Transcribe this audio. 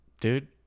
Dude